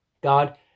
God